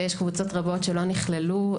ויש קבוצות רבות שלא נכללו,